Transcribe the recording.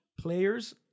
players